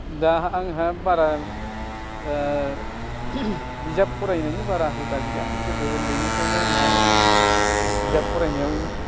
दा आंहा बारा बिजाब फरायनायनि बारा हुदा गैया गोदो उन्दैनिफ्रायनो आंहा बिजाब फरायनायाव